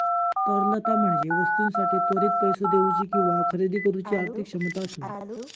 तरलता म्हणजे वस्तूंसाठी त्वरित पैसो देउची किंवा खरेदी करुची आर्थिक क्षमता असणा